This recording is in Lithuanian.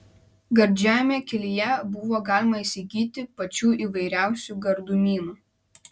gardžiajame kelyje buvo galima įsigyti pačių įvairiausių gardumynų